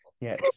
Yes